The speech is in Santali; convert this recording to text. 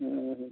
ᱦᱮᱸ